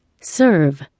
Serve